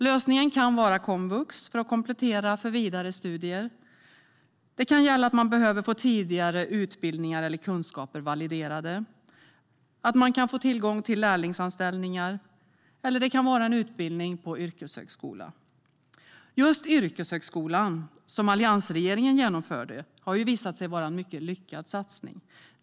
Lösningen kan vara komvux för att komplettera för vidare studier. Det kan gälla att man behöver få tidigare utbildningar eller kunskaper validerade, att man får tillgång till en lärlingsanställning eller det kan vara en utbildning på yrkeshögskola. Just yrkeshögskolan, som alliansregeringen genomförde, har ju visat sig vara en mycket lyckad satsning.